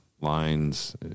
lines